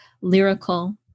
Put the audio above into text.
lyrical